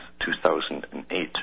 2008